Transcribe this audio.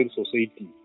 society